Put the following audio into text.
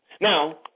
Now